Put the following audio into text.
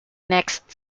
next